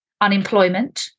unemployment